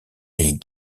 est